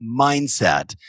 Mindset